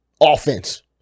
Offense